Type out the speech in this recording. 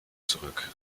zurück